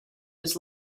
his